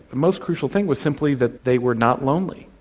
the most crucial thing was simply that they were not lonely.